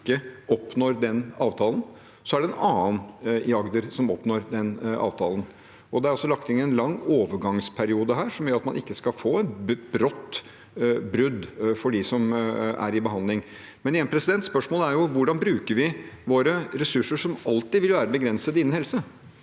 oppnår å få en avtale, er det en annen i Agder som oppnår en avtale. Det er også lagt inn en lang overgangsperiode her som gjør at man ikke skal få et brått brudd for de som er i behandling. Men igjen, spørsmålet er: Hvordan bruker vi våre ressurser – som alltid vil være begrensede – innen helse?